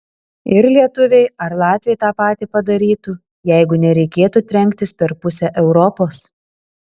ir lietuviai ar latviai tą patį padarytų jeigu nereikėtų trenktis per pusę europos